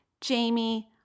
Jamie